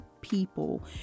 people